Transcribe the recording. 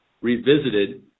Revisited